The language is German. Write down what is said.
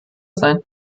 sein